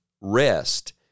rest